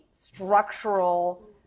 structural